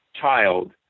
child